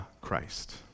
Christ